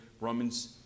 Romans